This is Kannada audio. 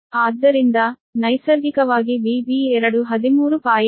ಆದ್ದರಿಂದ ನೈಸರ್ಗಿಕವಾಗಿ VB2 13